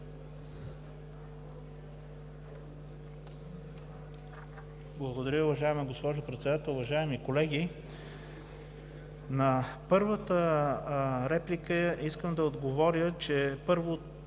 Благодаря. Уважаема госпожо Председател, уважаеми колеги! На първата реплика искам да отговоря, че, първо,